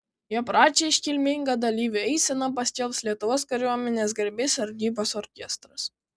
jo pradžią iškilminga dalyvių eisena paskelbs lietuvos kariuomenės garbės sargybos orkestras